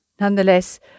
Nonetheless